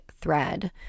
thread